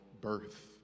birth